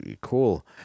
Cool